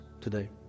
today